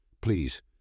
Please